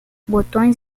botões